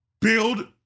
build